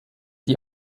die